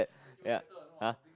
ya [huh]